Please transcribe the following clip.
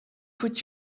put